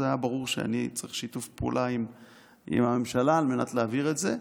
אז היה ברור שאני צריך שיתוף פעולה עם הממשלה על מנת להעביר את זה.